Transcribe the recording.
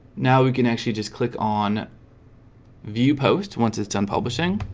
now we can actually just click on view post once it's done publishing